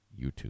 YouTube